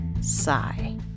Sigh